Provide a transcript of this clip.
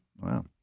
Wow